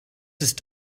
ist